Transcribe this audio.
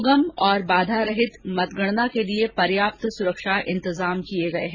सुगम और बाधा रहित मतगणना के लिए पर्याप्त सुरक्षा इंतजाम किए गए हैं